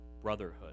brotherhood